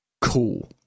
Cool